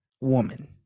woman